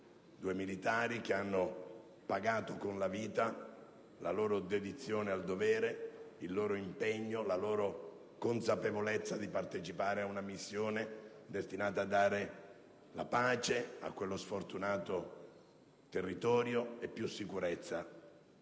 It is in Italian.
due militari, che hanno pagato con la vita la loro dedizione al dovere, il loro impegno, la loro consapevolezza di partecipare a una missione destinata a dare la pace a quello sfortunato territorio e più sicurezza